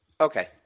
Okay